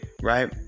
right